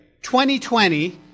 2020